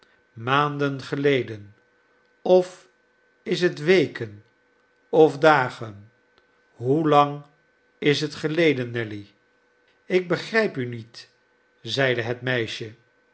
maanden geleden of is het weken of dagen hoelang is het geleden nelly ik begrijp u niet zeide het meisje